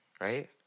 right